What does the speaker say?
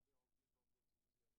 בבקשה.